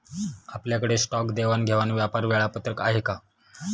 आपल्याकडे स्टॉक देवाणघेवाण व्यापार वेळापत्रक आहे का?